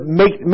make